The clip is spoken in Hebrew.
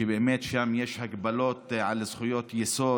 ששם יש הגבלות על זכויות יסוד.